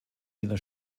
wiener